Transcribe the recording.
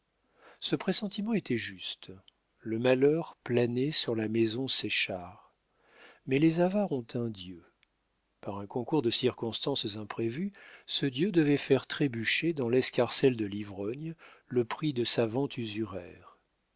ce pressentiment était juste le malheur planait sur la maison séchard mais les avares ont un dieu par un concours de circonstances imprévues ce dieu devait faire trébucher dans l'escarcelle de l'ivrogne le prix de sa vente usuraire